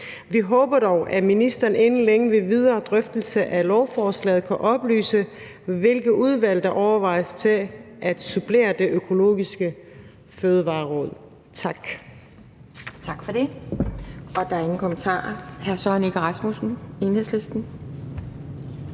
Vi håber dog, at ministeren inden længe under den videre drøftelse af lovforslaget kan oplyse, hvilket udvalg der overvejes til at supplere Det Økologiske Fødevareråd. Tak.